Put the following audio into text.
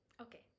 Okay